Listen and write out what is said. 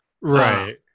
right